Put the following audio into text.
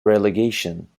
relegation